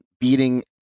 beating